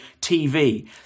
TV